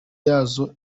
yazo